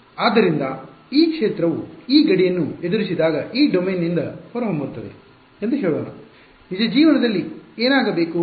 ಆದ್ದರಿಂದ ಈ ಕ್ಷೇತ್ರವು ಈ ಗಡಿಯನ್ನು ಎದುರಿಸಿದಾಗ ಈ ಡೊಮೇನ್ನಿಂದ ಹೊರಹೊಮ್ಮುತ್ತದೆ ಎಂದು ಹೇಳೋಣ ನಿಜ ಜೀವನದಲ್ಲಿ ಏನಾಗಬೇಕು